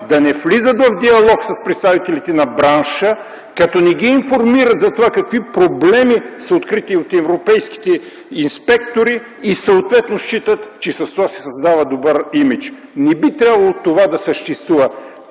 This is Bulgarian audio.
да не влизат в диалог с представителите на бранша, като не ги информират за това какви проблеми са открити от европейските инспектори и съответно считат, че с това се създава добър имидж. Не би трябвало това да съществува.